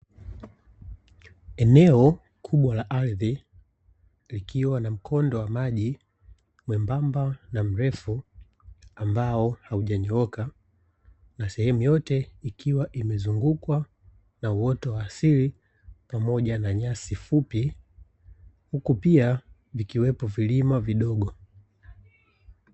Eneo kubwa la ardhi likiwa na mkondo wa maji mwebamba na mrefu, ambao haujanyooka. Na sehemu yote ikiwa imezungukwa na uoto wa asili pamoja na nyasi fupi, huku pia vikiwepo vilima vidogo.